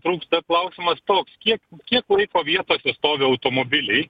trūksta klausimas toks kiek kiek laiko vietose stovi automobiliai